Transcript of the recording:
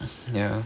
ya